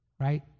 Right